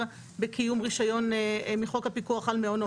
בקיום רישיון מחוק הפיקוח על מעונות.